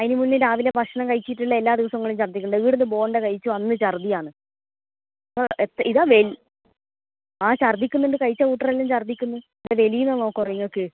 അതിന് മുന്നേ രാവിലെ ഭക്ഷണം കഴിച്ചിട്ടുള്ള എല്ലാ ദിവസങ്ങളും ഛർദ്ദിക്കുന്നുണ്ട് ഇവിടെന്ന് ബോണ്ട കഴിച്ചു അന്ന് ഛർദ്ദിയാണ് അപ്പോൾ ഇതാവല് ആ ഛർദ്ദിക്കുന്നുണ്ട് കഴിച്ച കൂട്ടരെല്ലാം ഛർദ്ദിക്കുന്നു വെളിയിൽന്നാണോ കൊറിയോക്ക്